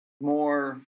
more